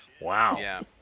Wow